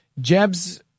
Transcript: Jeb's